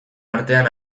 artean